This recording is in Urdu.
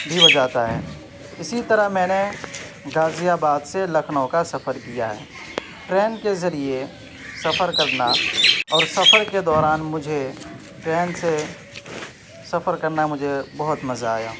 بھی ہو جاتا ہے اسی طرح میں نے غازی آباد سے لکھنؤ کا سفر کیا ہے ٹرین کے ذریعے سفر کرنا اور سفر کے دوران مجھے ٹرین سے سفر کرنا مجھے بہت مزا آیا